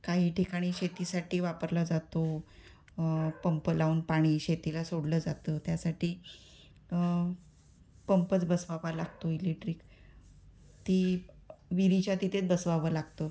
काही ठिकाणी शेतीसाठी वापरला जातो पंप लावून पाणी शेतीला सोडलं जातं त्यासाठी पंपच बसवावा लागतो इलेक्ट्रिक ती विहिरीच्या तिथेच बसवावं लागतं